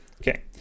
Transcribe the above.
Okay